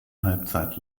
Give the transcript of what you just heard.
halbzeit